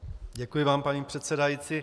Děkuji vám, paní předsedající.